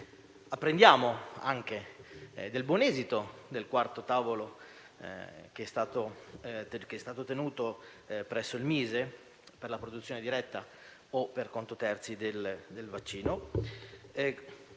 Apprendiamo anche del buon esito del quarto tavolo che è stato tenuto al Mise per la produzione diretta o per conto terzi del vaccino.